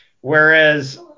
Whereas